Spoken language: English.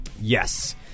Yes